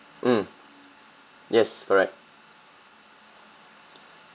mm yes correct